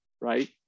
right